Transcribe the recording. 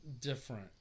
different